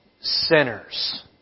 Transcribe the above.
sinners